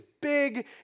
big